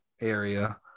area